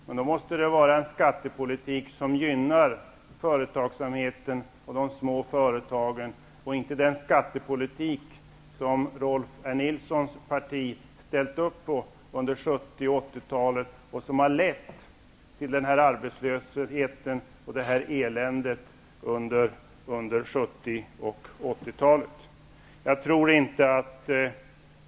Men då måste man föra en skattepolitik som gynnar företagsamheten och de små företagen, inte den skattepolitik som Rolf L. Nilsons parti ställt upp på under 70 och 80-talen och som har lett till den arbetslöshet och det elände som vi upplever i dag.